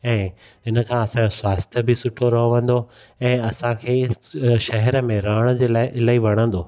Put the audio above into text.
ऐं हिनखां असांजो स्वास्थ्य बि सुठो रहंदो ऐं असांखे शहर में रहण जे लाइ इलाही वणंदो